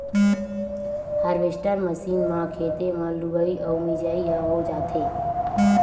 harvester machine म खेते म लुवई अउ मिजई ह हो जाथे